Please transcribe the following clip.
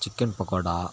chicken pakoda